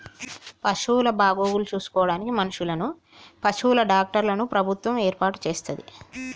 పశువుల బాగోగులు చూసుకోడానికి మనుషులను, పశువుల డాక్టర్లను ప్రభుత్వం ఏర్పాటు చేస్తది